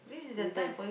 sometimes